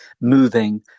moving